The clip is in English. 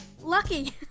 lucky